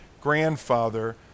grandfather